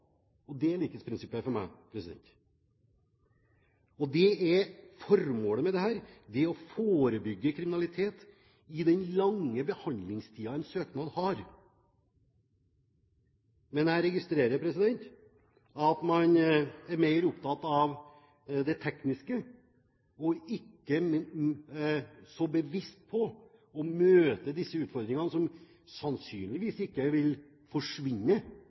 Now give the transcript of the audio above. Det er likhetsprinsippet for meg. Det er formålet med dette, å forebygge kriminalitet i den lange behandlingstiden for en søknad. Men jeg registrerer at man er mer opptatt av det tekniske og ikke er så bevisst på å møte disse utfordringene, som sannsynligvis ikke vil forsvinne